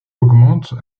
augmentent